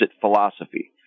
philosophy